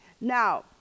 Now